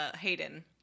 Hayden